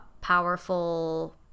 powerful